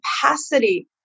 capacity